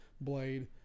Blade